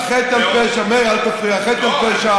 הוסיפה חטא על פשע, מאיר, אל תפריע, חטא על פשע.